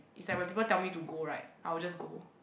it's like when people tell me to go right I will just go